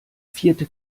vierte